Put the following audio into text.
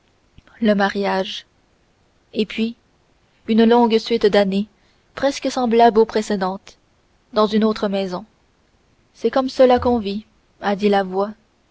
le mariage et puis une longue suite d'années presque semblables aux précédentes dans une autre maison c'est comme cela qu'on vit a dit la voix